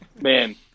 Man